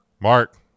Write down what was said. Mark